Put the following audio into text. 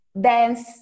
dance